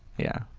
yeah.